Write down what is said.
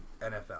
NFL